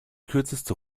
kürzeste